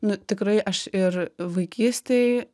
nu tikrai aš ir vaikystėj